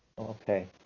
Okay